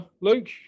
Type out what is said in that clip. Luke